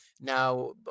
Now